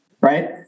right